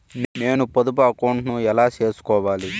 నేను పొదుపు అకౌంటు ను ఎలా సేసుకోవాలి?